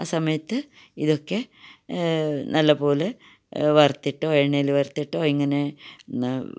ആ സമയത്ത് ഇതൊക്കെ നല്ലപോലെ വറുത്തിട്ടോ എണ്ണയില് വറുത്തിട്ടോ എങ്ങനെ